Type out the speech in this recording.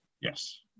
Yes